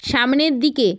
সামনের দিকে